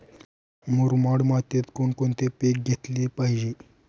मुरमाड मातीत कोणकोणते पीक घेतले पाहिजे?